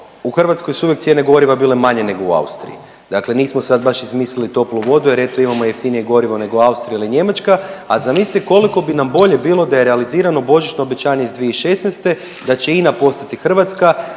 u Hrvatskoj su uvijek cijene goriva bile manje nego u Austriji, dakle nismo sad baš izmislili toplu vodu jer eto imamo jeftinije gorivo nego Austrija ili Njemačka, a zamislite koliko bi nam bolje bilo da je realizirano božićno obećanje iz 2016. da će INA postati hrvatska,